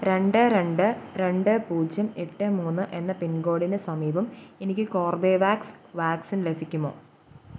രണ്ട് രണ്ട് രണ്ട് പൂജ്യം എട്ട് മൂന്ന് എന്ന പിൻകോഡിന് സമീപം എനിക്ക് കോർബെവാക്സ് വാക്സിൻ ലഭിക്കുമോ